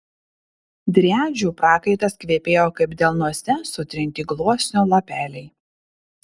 driadžių prakaitas kvepėjo kaip delnuose sutrinti gluosnio lapeliai